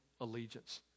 allegiance